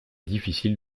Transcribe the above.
difficile